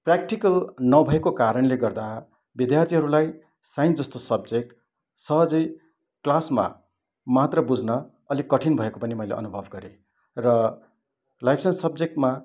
practical नभएको कारणले गर्दा विद्यार्थीहरूलाई साइन्सजस्तो सब्जेक्ट सहजै क्लासमा मात्र बुझ्न अलिक कठिन भएको पनि मैले अनुभव गरेँ र लाइफ साइन्स सब्जेक्टमा